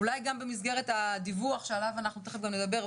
אולי גם במסגרת הדיווח שעליו אנחנו תיכף גם נדבר,